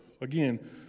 again